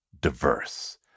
diverse